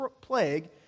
plague